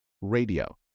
Radio